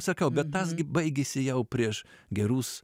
sakiau bet tas gi baigėsi jau prieš gerus